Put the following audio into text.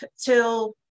till